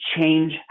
change